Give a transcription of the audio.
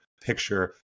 picture